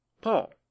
Paul